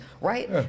right